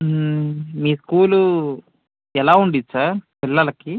మీ school ఎలా ఉంటుంది sir పిల్లలకి